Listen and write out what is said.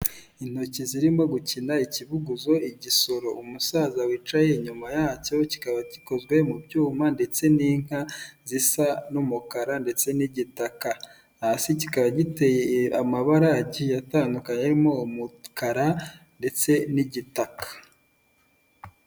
Intoki zirimo gukina ikibuguzo n'igisoro, umusaza wicaye inyuma yacyo kikaba gikozwe mu byuma ndetse n'inka zisa n'umukara ndetse n'igitaka, hasi kikaba giteye amabara agiye atandukanye harimo umukara ndetse n'igitaka.